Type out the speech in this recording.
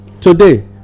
Today